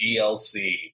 DLC